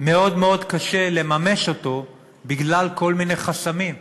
מאוד מאוד קשה לממש אותו בגלל כל מיני חסמים,